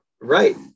Right